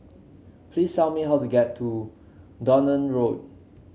please tell me how to get to Dunearn Road